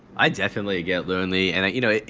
i definitely get lonely. and, you know,